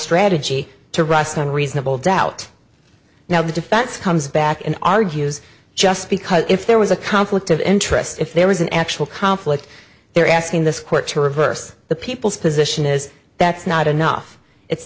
strategy to ruston reasonable doubt now the defense comes back and argues just because if there was a conflict of interest if there was an actual conflict they're asking this court to reverse the people's position is that's not enough it's